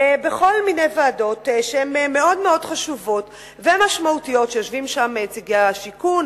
בכל מיני ועדות שהן מאוד חשובות ומשמעותיות ויושבים בהן נציגי השיכון,